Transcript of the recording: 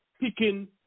picking